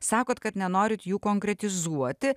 sakot kad nenorit jų konkretizuoti